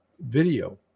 video